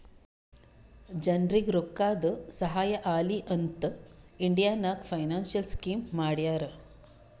ಜನರಿಗ್ ರೋಕ್ಕಾದು ಸಹಾಯ ಆಲಿ ಅಂತ್ ಇಂಡಿಯಾ ನಾಗ್ ಫೈನಾನ್ಸಿಯಲ್ ಸ್ಕೀಮ್ ಮಾಡ್ಯಾರ